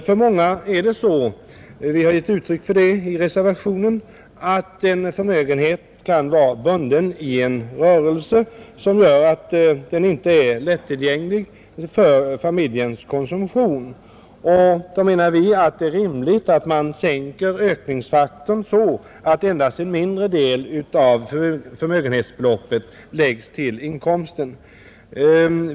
För många människor är det så, och vi har givit uttryck för det i reservationen, att förmögenheten kan vara bunden i en rörelse och därför inte är lätt tillgänglig för familjens konsumtion, Då menar vi att det är rimligt att man sänker ökningsfaktorn så att endast en mindre del av förmögenhetsbeloppet läggs till inkomsten.